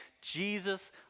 Jesus